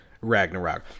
Ragnarok